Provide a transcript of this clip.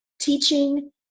teaching